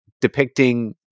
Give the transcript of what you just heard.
depicting